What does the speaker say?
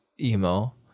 email